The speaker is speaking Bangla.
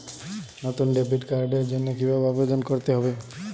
নতুন ডেবিট কার্ডের জন্য কীভাবে আবেদন করতে হবে?